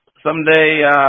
Someday